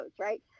right